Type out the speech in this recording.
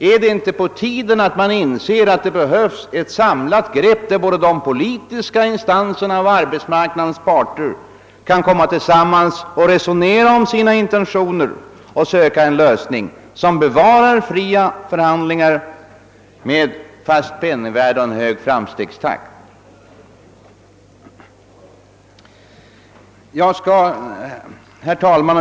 Är det inte på tiden att vi inser att det fordras ett samlat grepp och att både de politiska instanserna och arbetsmarknadens parter behöver komma tillsammans och resonera om sina intentioner samt försöka fina lösningar som bevarar de fria förhandlingarna och samtidigt ger oss ett fast penningvärde och en hög framstegstakt?